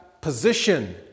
position